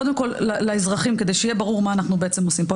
קודם כל לאזרחים כדי שיהיה ברור מה אנחנו בעצם עושים פה.